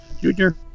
Junior